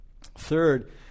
Third